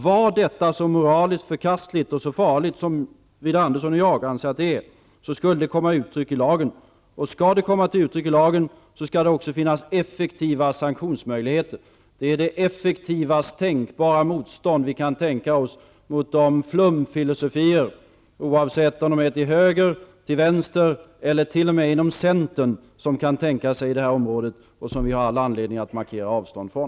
Är detta så moraliskt förkastligt och så farligt som Widar Andersson och jag anser att det är, skall det komma till uttryck i lagen. Skall det komma till uttryck i lagen, skall det också finnas effektiva sanktionsmöjligheter. Det är det effektivaste motstånd vi kan tänka oss mot flumfilosofier -- oavsett om de finns till höger, till vänster eller t.o.m. inom Centern -- som vi har all anledning att markera avstånd ifrån.